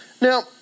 Now